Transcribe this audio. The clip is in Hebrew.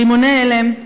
רימוני הלם,